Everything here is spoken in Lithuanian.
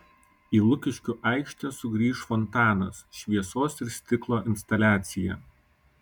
į lukiškių aikštę sugrįš fontanas šviesos ir stiklo instaliacija